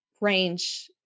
range